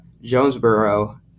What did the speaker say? Jonesboro